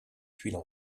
tuiles